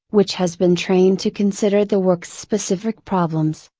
which has been trained to consider the work's specific problems,